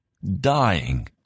dying